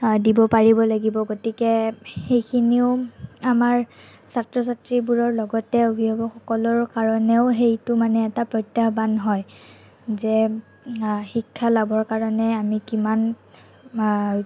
দিব পাৰিব লাগিব গতিকে সেইখিনিও আমাৰ ছাত্ৰ ছাত্ৰীবোৰৰ লগতে অভিভাৱকসকলৰ কাৰণেও সেইটো মানে এটা প্ৰত্যাহ্বান হয় যে শিক্ষা লাভৰ কাৰণে আমি কিমান